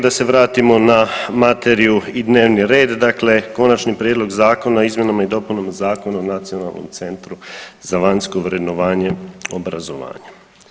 Da se vratimo na materiju i dnevni red, dakle Konačni prijedlog zakona o izmjenama i dopunama Zakona o nacionalnom centru za vanjsko vrednovanje obrazovanja.